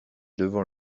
devant